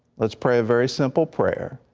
let's pray a very simple prayer,